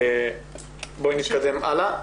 בואי נתקדם הלאה.